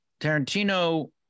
Tarantino